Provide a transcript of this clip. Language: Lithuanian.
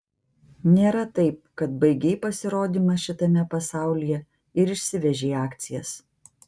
nėra taip kad baigei pasirodymą šitame pasaulyje ir išsivežei akcijas